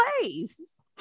place